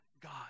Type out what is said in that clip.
God